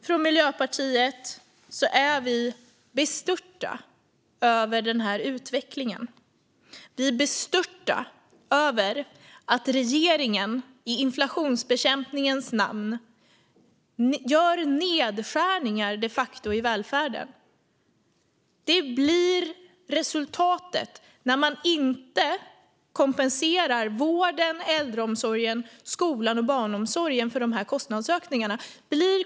Från Miljöpartiets sida är vi bestörta över utvecklingen. Vi är bestörta över att regeringen i inflationsbekämpningens namn de facto gör nedskärningar i välfärden. Det blir resultatet när man inte kompenserar vården, äldreomsorgen, skolan och barnomsorgen för kostnadsökningarna.